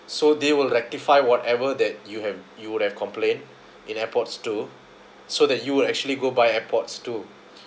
so they will rectify whatever that you have you would have complained in airpods two so that you will actually go buy airpods two